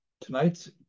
tonight's